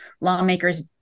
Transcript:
Lawmakers